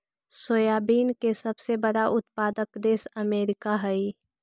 soybean के सबसे बड़ा उत्पादक देश अमेरिका हइ